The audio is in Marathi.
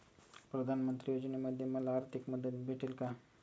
प्रधानमंत्री योजनेमध्ये मला आर्थिक मदत भेटेल का?